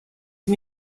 sie